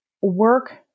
work